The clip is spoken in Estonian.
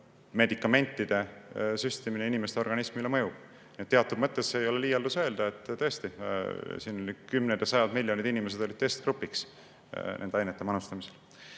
medikamentide süstimine inimeste organismile mõjub. Teatud mõttes ei ole liialdus öelda, et kümned ja sajad miljonid inimesed olid tõesti testgrupiks nende ainete manustamisel.